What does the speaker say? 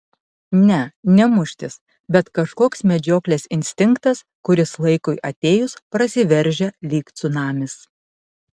ne ne muštis bet kažkoks medžioklės instinktas kuris laikui atėjus prasiveržia lyg cunamis